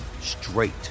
straight